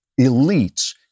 elites